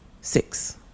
six